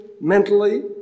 mentally